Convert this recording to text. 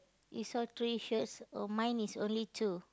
you saw three shoes oh mine is only two